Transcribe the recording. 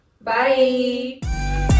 Bye